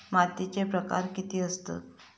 मातीचे प्रकार किती आसत?